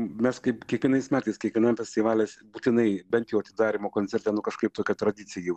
mes kaip kiekvienais metais kiekvienam festivaly būtinai bent jau atidarymo koncerte nu kažkaip tokia tradicija jau